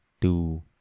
two